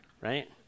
right